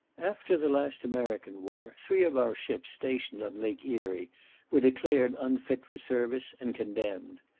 after the last american war, three of our ships stationed on lake erie were declared unfit for service, and condemned.